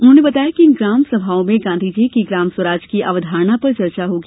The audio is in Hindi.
उन्होंने बताया कि इन ग्राम सभाओं में गाँधी जी की ग्राम स्वराज की अवधारणा पर परिचर्चा होगी